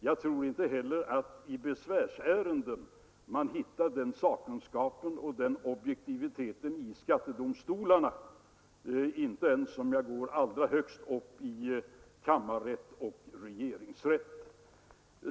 Jag tror inte heller att man i besvärsärenden hittar den sakkunskapen och den objektiviteten i skattedomstolarna, inte ens om man går allra högst upp i kammarrätt och regeringsrätt.